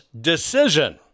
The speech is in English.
decision